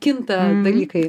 kinta dalykai